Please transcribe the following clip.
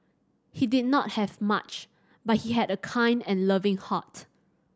he did not have much but he had a kind and loving heart